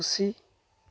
ᱠᱷᱩᱥᱤ